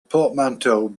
portmanteau